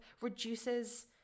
reduces